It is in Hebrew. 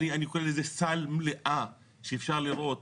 אני קורא לזה סל מלא שאפשר לראות